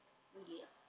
really ah